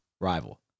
rival